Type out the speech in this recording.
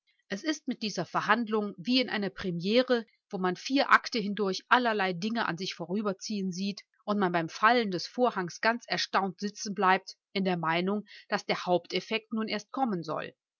es ist mit dieser verhandlung wie in einer premire wo man vier akte hindurch allerlei dinge an sich vorüberziehen hen sieht und man beim fallen des vorhanges ganz erstaunt sitzenbleibt in der meinung daß der haupteffekt nun erst kommen soll